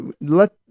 let